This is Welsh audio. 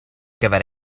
gyfer